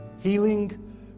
Healing